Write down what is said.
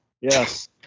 Yes